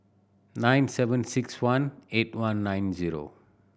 nine seven six one eight one nine zero